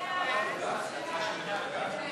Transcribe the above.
ההצעה להעביר את הצעת חוק הביטוח הלאומי (תיקון,